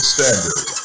Standard